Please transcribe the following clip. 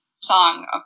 song